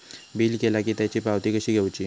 Bill केला की त्याची पावती कशी घेऊची?